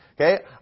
Okay